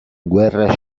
guerra